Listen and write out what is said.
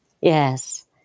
Yes